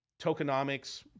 Tokenomics